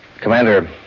Commander